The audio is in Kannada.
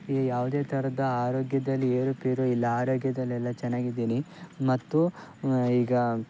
ಈ ಯಾವುದೇ ಥರದ ಆರೋಗ್ಯದಲ್ಲಿ ಏರು ಪೇರು ಇಲ್ಲ ಆರೋಗ್ಯದಲ್ಲೆಲ್ಲ ಚೆನ್ನಾಗಿದ್ದೀನಿ ಮತ್ತು ಈಗ